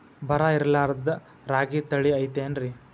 ಬರ ಇರಲಾರದ್ ರಾಗಿ ತಳಿ ಐತೇನ್ರಿ?